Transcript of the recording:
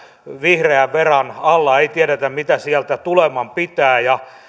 vihreän veran alla ei tiedetä mitä sieltä tuleman pitää